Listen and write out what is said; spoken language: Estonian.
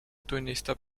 tunnistab